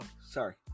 sorry